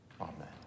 Amen